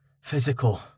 physical